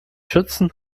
schützen